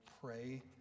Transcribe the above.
pray